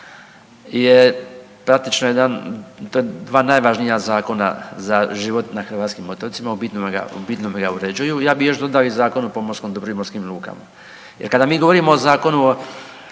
je praktično jedan, to je dva najvažnija zakona za život na hrvatskim otocima u bitnom ga, u bitnom ga uređuju. Ja bi još dodao i Zakon o pomorskom dobru i morskim lukama jer kada mi govorimo o Zakonu